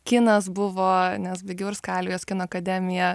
kinas buvo nes baigiau ir skalvijos kino akademiją